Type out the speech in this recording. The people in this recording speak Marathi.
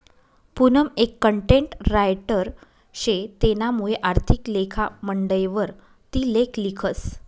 पूनम एक कंटेंट रायटर शे तेनामुये आर्थिक लेखा मंडयवर ती लेख लिखस